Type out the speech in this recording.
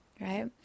right